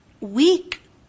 weak